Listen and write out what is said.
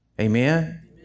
amen